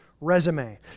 resume